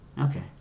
okay